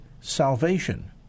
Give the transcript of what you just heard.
salvation